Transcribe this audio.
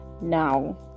Now